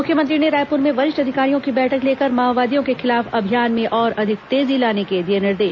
मुख्यमंत्री ने रायपुर में वरिष्ठ अधिकारियों की बैठक लेकर माओवादियों के खिलाफ अभियान में और अधिक तेजी लाने के दिए निर्देश